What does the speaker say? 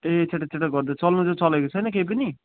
ए चटक चटक गर्दै चल्न चाहिँ चलेको छैन केही पनि